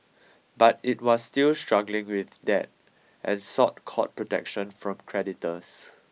but it was still struggling with debt and sought court protection from creditors